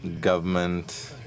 government